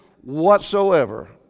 whatsoever